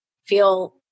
feel